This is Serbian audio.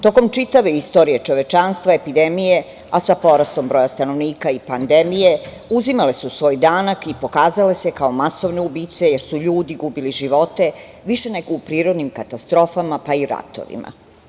Tokom čitave istorije čovečanstva epidemije, a sa porastom broja stanovnika i pandemije, uzimale su svoj danak i pokazale se kao masovne ubice, jer su ljudi gubili živote više nego u prirodnim katastrofama, pa i ratovima.